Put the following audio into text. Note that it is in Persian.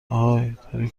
اهای، داری